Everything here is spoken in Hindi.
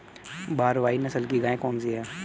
भारवाही नस्ल की गायें कौन सी हैं?